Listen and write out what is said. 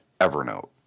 Evernote